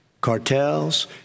cartels